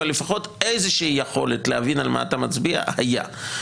אבל לפחות איזושהי יכולת להבין על מה אתה מצביע הייתה.